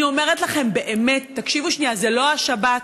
אני אומרת לכם באמת, תקשיבו שנייה, זה לא השבת,